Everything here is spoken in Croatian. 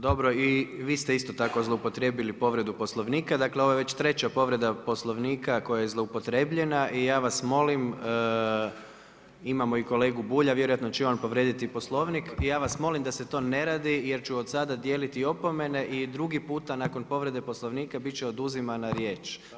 Dobro, i vi ste isto tako zloupotrijebili povredu Poslovnika, dakle ovo je već povreda Poslovnika koja je zloupotrebljena i ja vas molim, imamo i kolegu Bulja, vjerojatno će i on povrijediti Poslovnik, ja vas molim da se to ne radi jer ću od sada dijeliti opomene i drugi puta nakon povrede Poslovnika bit će oduzimana riječ.